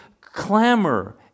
clamor